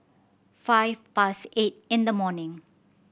five past eight in the morning